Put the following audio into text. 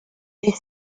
des